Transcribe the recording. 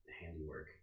handiwork